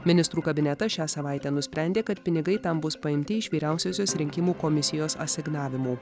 ministrų kabinetas šią savaitę nusprendė kad pinigai ten bus paimti iš vyriausiosios rinkimų komisijos asignavimų